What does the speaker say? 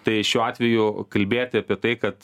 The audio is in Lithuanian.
tai šiuo atveju kalbėti apie tai kad